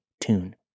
tune